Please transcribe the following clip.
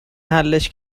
حلش